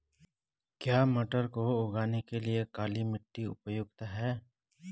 क्या मटर को उगाने के लिए काली मिट्टी उपयुक्त है?